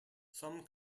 some